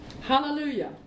Hallelujah